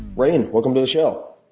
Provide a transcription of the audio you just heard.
rainn, welcome to the show.